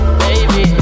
baby